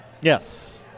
Yes